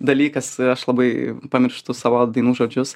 dalykas aš labai pamirštu savo dainų žodžius